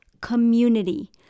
community